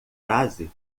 frase